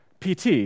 PT